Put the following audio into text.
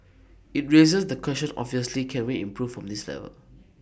IT raises the question obviously can we improve from this level